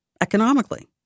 economically